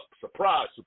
Surprise